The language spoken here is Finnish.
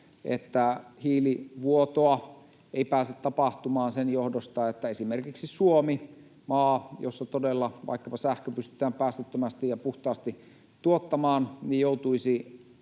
että hiilivuotoa ei pääse tapahtumaan sen johdosta, että esimerkiksi Suomi — maa, jossa todella vaikkapa sähköä pystytään päästöttömästi ja puhtaasti tuottamaan — joutuisi